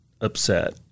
upset